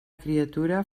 criatura